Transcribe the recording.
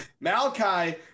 Malachi